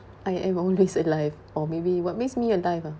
I am always alive or maybe what makes me alive ah